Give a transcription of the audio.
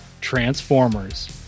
Transformers